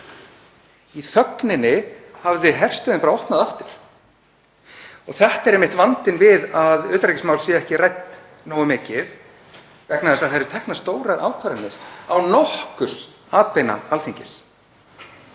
Í þögninni hafði herstöðin bara opnað aftur. Þetta er einmitt vandinn við að utanríkismál séu ekki rædd nógu mikið vegna þess að það eru teknar stórar ákvarðanir án nokkurs atbeina Alþingis.